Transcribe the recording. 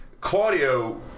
Claudio